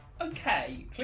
Okay